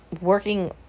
working